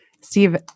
Steve